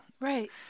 Right